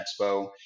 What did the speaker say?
Expo